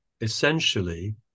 essentially